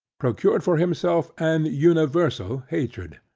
procured for himself an universal hatred.